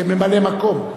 כממלא-מקום,